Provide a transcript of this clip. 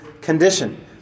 condition